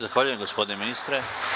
Zahvaljujem, gospodine ministre.